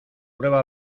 prueba